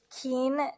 keen